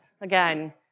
Again